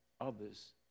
others